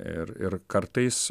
ir ir kartais